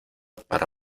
para